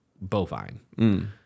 bovine